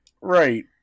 right